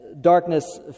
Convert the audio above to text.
darkness